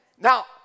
Now